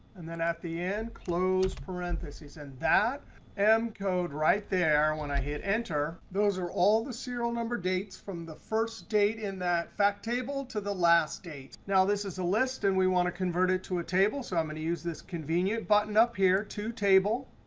and then at the end, close parenthesis. and that m code right there, when i hit enter, those are all the serial number dates from the first date in that fact table to the last date. now, this is a list. and we want to convert it to a table. so i'm going and to use this convenient button up here, to table.